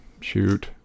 Shoot